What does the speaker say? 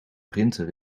printer